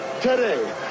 today